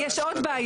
הם כבר הלכו לעולמם.